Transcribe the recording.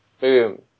boom